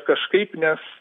kažkaip nes